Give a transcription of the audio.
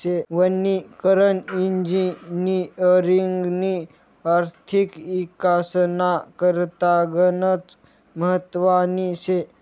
वनीकरण इजिनिअरिंगनी आर्थिक इकासना करता गनच महत्वनी शे